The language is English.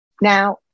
Now